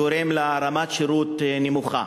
גורם לרמת שירות נמוכה.